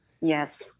Yes